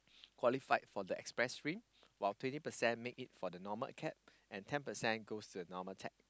qualified for the express steam while twenty percent make it for the normal acad and ten percent goes to the normal tech